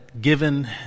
given